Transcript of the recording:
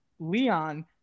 Leon